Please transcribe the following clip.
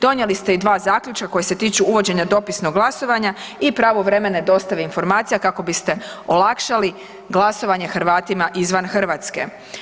Donijeli ste i dva zaključka koja se tiču uvođenja dopisnog glasovanja i pravovremene dostave informacija kako biste olakšali glasovanje Hrvatima izvan RH.